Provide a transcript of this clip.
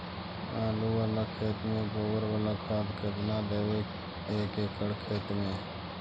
आलु बाला खेत मे गोबर बाला खाद केतना देबै एक एकड़ खेत में?